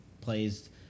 plays